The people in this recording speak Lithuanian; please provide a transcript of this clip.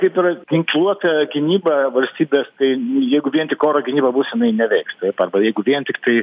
kaip yra ginkluota gynyba valstybės tai jeigu vien tik oro gynyba bus jinai neveiks taip arba jeigu vien tiktai